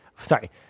Sorry